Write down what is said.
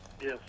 Yes